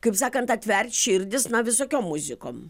kaip sakant atvert širdis na visokiom muzikom